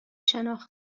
شناخت